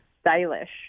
stylish